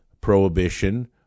prohibition